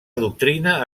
doctrina